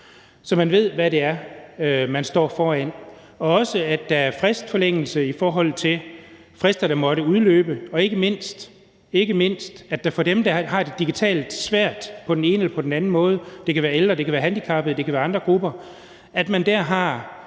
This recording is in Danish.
så de ved, hvad det er, de står foran; at der er fristforlængelse i forhold til frister, der måtte udløbe; og ikke mindst at der for dem, der har det digitalt svært på den ene eller den anden måde – det kan være ældre, det kan være handicappede, det kan være andre grupper – er en